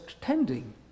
tending